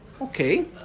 Okay